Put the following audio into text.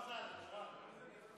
לא המזל, הגורל.